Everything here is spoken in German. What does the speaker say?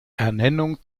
ernennung